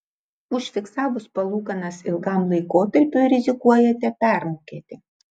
užfiksavus palūkanas ilgam laikotarpiui rizikuojate permokėti